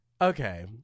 Okay